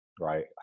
Right